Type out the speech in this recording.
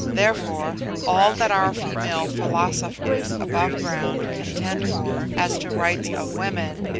therefore all that our female philosophers above ground contend for as to rights of women,